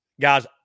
Guys